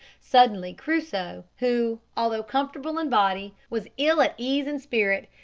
suddenly crusoe, who, although comfortable in body, was ill at ease in spirit,